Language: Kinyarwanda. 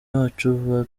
bacu